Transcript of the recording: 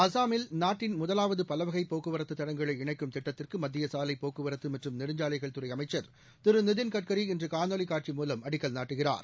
அஸ்ஸாமில் நாட்டின் முதலாவது பலவகை போக்குவரத்து தடங்களை இணைக்கும் திட்டத்திற்கு மத்திய சாலை போக்குவரத்து மற்றும் நெடுஞ்சாலைகள் துறை அமைச்சர் திரு நிதின் கட்கரி இன்று காணொலி காட்சி மூலம் அடிக்கல் நாட்டுகிறார்